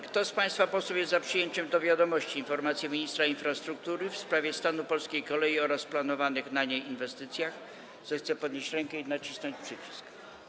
Kto z państwa posłów jest za przyjęciem do wiadomości informacji ministra infrastruktury w sprawie stanu polskiej kolei oraz planowanych na niej inwestycjach, zechce podnieść rękę i nacisnąć przycisk.